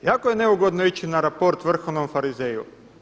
Jako je neugodno ići na raport vrhovnom farizeju.